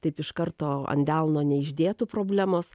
taip iš karto ant delno neišdėtų problemos